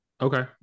Okay